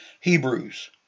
Hebrews